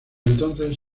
entonces